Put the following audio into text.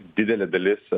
didelė dalis